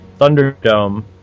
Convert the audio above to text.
Thunderdome